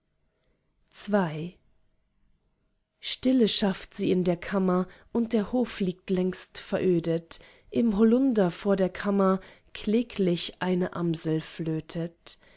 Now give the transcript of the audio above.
stille schafft sie in der kammer und der hof liegt längst verödet im hollunder vor der kammer kläglich eine amsel flötet